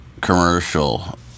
commercial